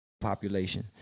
population